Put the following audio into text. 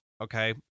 Okay